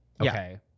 Okay